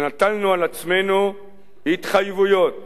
ונטלנו על עצמנו התחייבויות